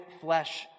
flesh